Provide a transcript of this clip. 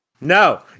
No